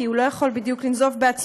כי הוא לא יכול בדיוק לנזוף בעצמו,